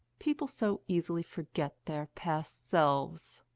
people so easily forget their past selves.